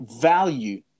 value